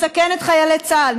מסכן את חיילי צה"ל.